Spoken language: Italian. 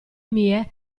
mie